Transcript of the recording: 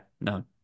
no